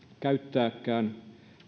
käyttääkään